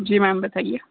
जी ma'am बताइए